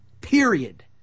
Period